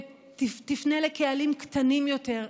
ותפנה לקהלים קטנים יותר,